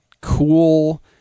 cool